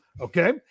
Okay